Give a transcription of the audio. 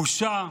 בושה,